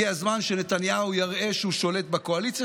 הגיע הזמן שנתניהו יראה שהוא שולט בקואליציה